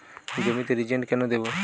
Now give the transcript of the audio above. জমিতে রিজেন্ট কেন দেবো?